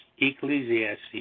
Ecclesiastes